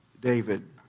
David